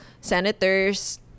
senators